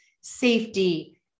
safety